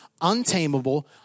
untamable